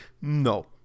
No